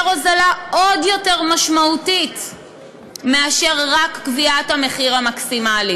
הוזלה עוד יותר משמעותית מאשר רק קביעת המחיר המקסימלי,